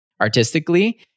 artistically